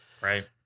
right